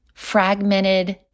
fragmented